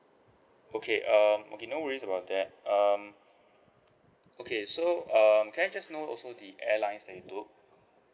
okay um okay no worries about that um okay so um can I just know also the airlines that you took